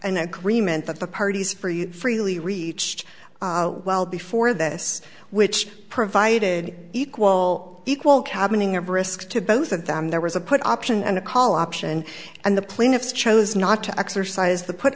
an agreement that the parties free freely reached well before this which provided equal equal cabin ing of risk to both of them there was a put option and a call option and the plaintiffs chose not to exercise the put